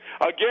Again